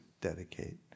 dedicate